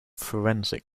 forensic